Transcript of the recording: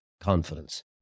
Confidence